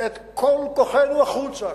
את כל כוחנו החוצה,